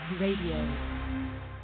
radio